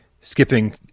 skipping